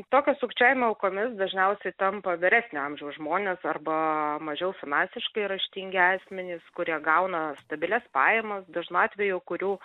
tokio sukčiavimo aukomis dažniausiai tampa vyresnio amžiaus žmonės arba mažiau finansiškai raštingi asmenys kurie gauna stabilias pajamas dažnu atveju kurių